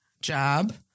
job